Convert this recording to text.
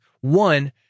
One